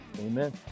Amen